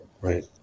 Right